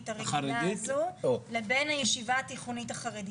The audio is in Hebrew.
הרגילה הזו לבין הישיבה התיכונית החרדית,